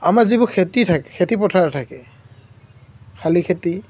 আমাৰ যিবোৰ খেতি থাকে খেতিপথাৰ থাকে খালি খেতি